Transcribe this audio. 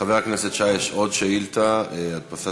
לחבר הכנסת שי יש עוד שאילתה: הדפסת